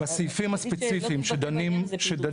בסופו של דבר, ההסתייגות הזאת רק תוסיף לחוק הזה.